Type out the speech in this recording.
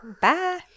Bye